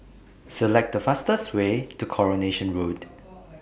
Select The fastest Way to Coronation Road